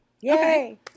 Yay